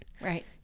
Right